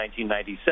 1997